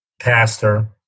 pastor